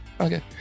Okay